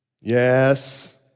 Yes